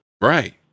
Right